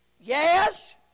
Yes